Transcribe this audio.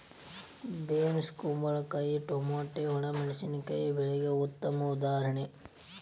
beans ಕುಂಬಳಕಾಯಿ tomato ಒಣ ಬೇಸಾಯ ಬೆಳೆಗೆ ಉತ್ತಮ ಉದಾಹರಣೆ